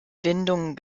windungen